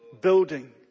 building